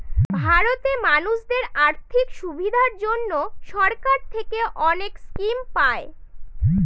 ভারতে মানুষদের আর্থিক সুবিধার জন্য সরকার থেকে অনেক স্কিম পায়